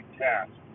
task